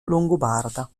longobarda